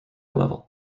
level